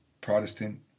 Protestant